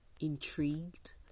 intrigued